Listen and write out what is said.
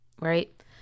right